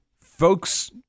Folks